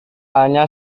hanya